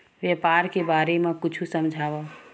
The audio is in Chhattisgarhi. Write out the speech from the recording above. व्यापार के बारे म कुछु समझाव?